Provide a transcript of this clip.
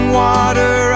water